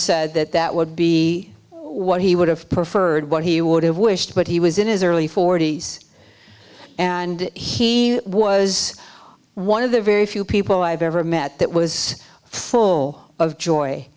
said that that would be what he would have preferred what he would have wished but he was in his early forty's and he was one of the very few people i've ever met that was full of joy